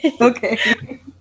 Okay